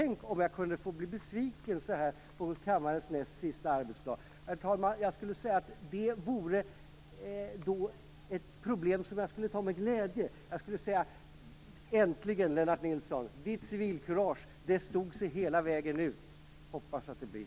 Där säger